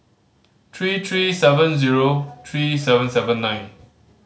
three three seven zero three seven seven nine